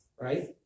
right